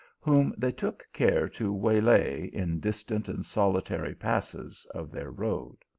whom they took care to way lay in distant and solitary passes of their road.